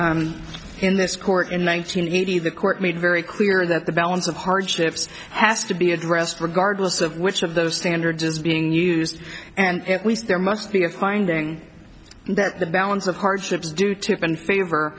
keys in this court in one nine hundred eighty the court made very clear that the balance of hardships has to be addressed regardless of which of those standards is being used and at least there must be a finding that the balance of hardships do tip in favor